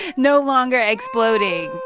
no longer exploding.